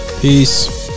Peace